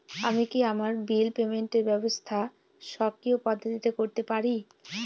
আমি কি আমার বিল পেমেন্টের ব্যবস্থা স্বকীয় পদ্ধতিতে করতে পারি?